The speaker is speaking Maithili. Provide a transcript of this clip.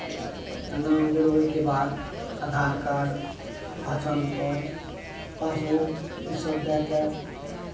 नाम जोड़बैके बाद आधार कार्ड पहचान पत्र पासबुक ई सब दऽ कऽ